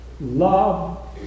love